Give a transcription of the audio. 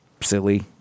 silly